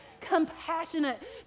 Compassionate